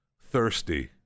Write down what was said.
thirsty